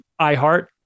iHeart